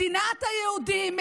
מדינת היהודים,